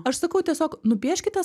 aš sakau tiesiog nupieškite